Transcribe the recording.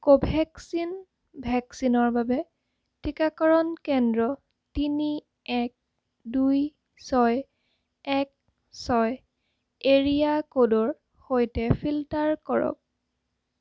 Covaxin ভেকচিনৰ বাবে টীকাকৰণ কেন্দ্ৰ তিনি এক দুই ছয় এক ছয় এৰিয়া ক'ডৰ সৈতে ফিল্টাৰ কৰক